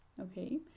Okay